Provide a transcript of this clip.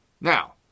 Now